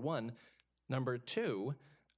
one number two